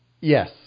yes